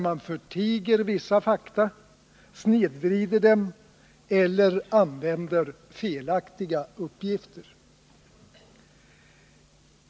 Man förtiger vissa fakta, snedvrider dem eller använder felaktiga uppgifter.